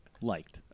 liked